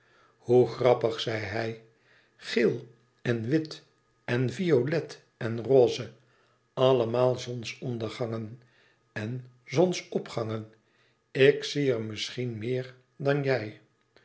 hoe grappig zei hij geel en wit en violet en roze allemaal zonsondergangen en zonsopgangen ik zie er misschien meer dan jij